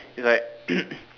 is like